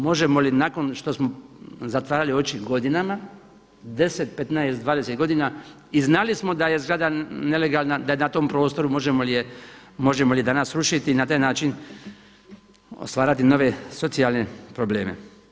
Možemo li nakon što smo zatvarali oči godinama 10, 15, 20 godina i znali smo da je zgrada nelegalna, da je na tom prostoru, možemo li je danas srušiti i na taj način stvarati nove socijalne probleme.